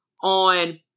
On